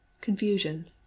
confusion